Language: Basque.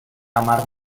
hamar